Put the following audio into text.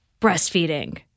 breastfeeding